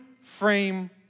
frame